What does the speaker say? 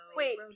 wait